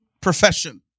profession